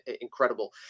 Incredible